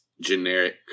generic